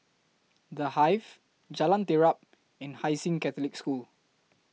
The Hive Jalan Terap and Hai Sing Catholic School